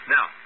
Now